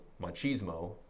machismo